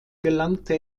gelangte